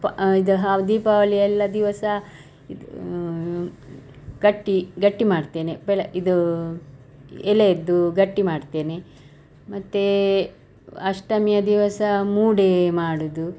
ಪ ಇದ ಹಾವ್ ದೀಪಾವಳಿ ಎಲ್ಲ ದಿವಸ ಇದು ಗಟ್ಟಿ ಗಟ್ಟಿ ಮಾಡ್ತೇನೆ ಬೆಳೆ ಇದು ಎಲೆಯದ್ದು ಗಟ್ಟಿ ಮಾಡ್ತೇನೆ ಮತ್ತು ಅಷ್ಟಮಿಯ ದಿವಸ ಮೂಡೇ ಮಾಡುವುದು